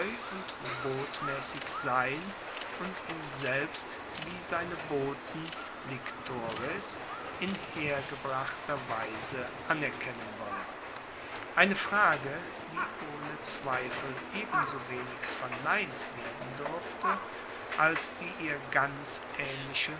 und botmaessig sein und ihn selbst wie seine boten lictores in hergebrachter weise anerkennen wollen eine frage die ohne zweifel ebensowenig verneint werden durfte als die ihr ganz aehnliche